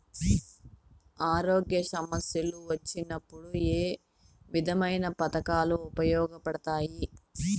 ఆరోగ్య సమస్యలు వచ్చినప్పుడు ఏ విధమైన పథకాలు ఉపయోగపడతాయి